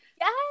Yes